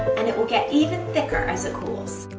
and it will get even thicker as it cools.